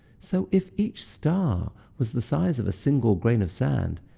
so if each star was the size of a single grain of sand,